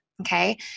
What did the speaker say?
okay